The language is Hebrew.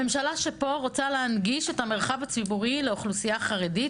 הממשלה שפה רוצה להנגיש את המרחב הציבורי לאוכלוסייה החרדית,